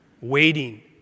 Waiting